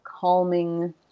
calming